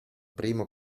primo